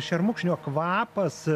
šermukšnio kvapas